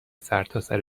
سرتاسر